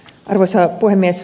arvoisa puhemies